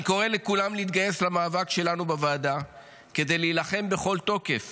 אני קורא לכולם להתגייס למאבק שלנו בוועדה כדי להילחם בכל תוקף